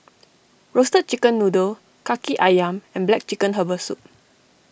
Roasted Chicken Noodle Kaki Ayam and Black Chicken Herbal Soup